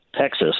Texas